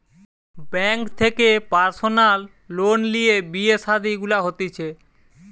bank থেকে personal loan লিয়ে বিয়ে শাদী গুলা হতিছে